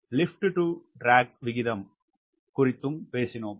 lift to drag விகிதம் குறித்தும் பேசினோம்